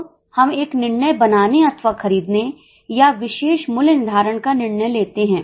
अब हम एक निर्णय बनाने अथवा खरीदने या विशेष मूल्य निर्धारण का निर्णय लेते हैं